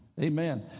Amen